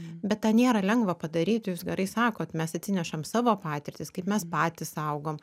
bet tą nėra lengva padaryti jūs gerai sakot mes atsinešam savo patirtis kaip mes patys augom